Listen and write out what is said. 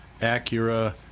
Acura